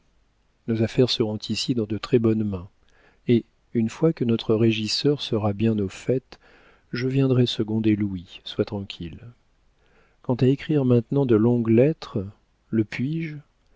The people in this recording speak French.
nos affaires seront ici dans de très-bonnes mains et une fois que notre régisseur sera bien au fait je viendrai seconder louis sois tranquille quant à écrire maintenant de longues lettres le puis-je